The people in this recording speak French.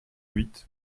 huit